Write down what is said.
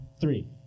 Three